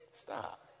Stop